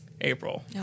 April